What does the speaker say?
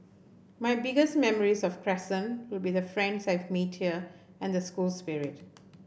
my biggest memories of Crescent will be the friends I've made here and the school spirit